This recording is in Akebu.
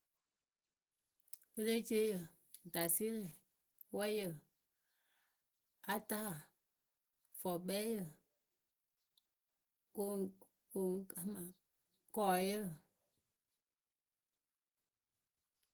Pereceeyǝ, dasirǝ, wɛɛyǝ, ataa, fɔkpɛyǝ, kɔɔyǝ.